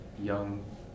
young